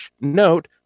note